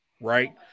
right